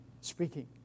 speaking